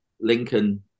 Lincoln